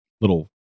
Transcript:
little